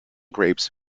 grapes